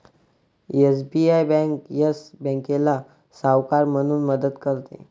SBI bank Yes बँकेला सावकार म्हणून मदत करते